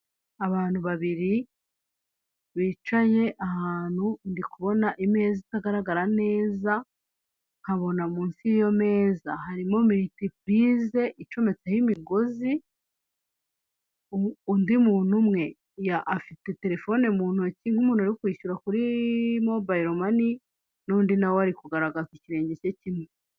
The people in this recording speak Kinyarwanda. Abantu babiri, bicaye ahantu, ndi kubona imeza itagaragara neza, nkabona munsi y'iyo meza harimo miritipurize icometseho imigozi, undi muntu umwe afite telefone mu ntoki, n'umuntu uri kwishyura kuri mobayilo mani, n'undi na we ari kugaragaza ikirenge cye kimwe.